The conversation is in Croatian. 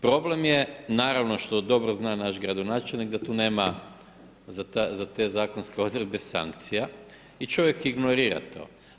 Problem je, naravno, što dobro zna naš gradonačelnik, da tu nema, za te zakonske odredbe sankcija i čovjek ignorira to.